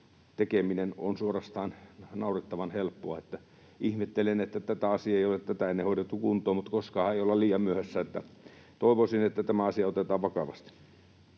tekeminen on suorastaan naurettavan helppoa. Ihmettelen, että tätä asiaa ei ole tätä ennen hoidettu kuntoon, mutta koskaanhan ei olla liian myöhässä. Toivoisin, että tämä asia otetaan vakavasti.